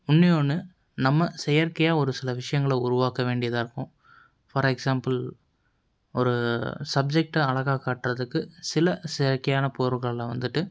ஒன்றே ஒன்று நம்ம செயற்கையாக ஒரு சில விஷயங்கள உருவாக்க வேண்டியதாக இருக்கும் ஃபார் எக்ஸாம்பிள் ஒரு சப்ஜெக்ட்டை அழகாக காட்டுகிறதுக்கு சில செயற்கையான பொருள்களில் வந்துட்டு